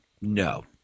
no